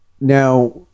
Now